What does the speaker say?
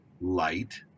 light